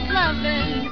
loving